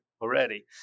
already